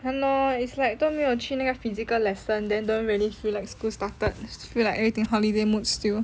!hannor! is like 都没有去那个 physical lesson then don't really feel like school started feel like in holiday mood still